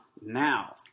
Now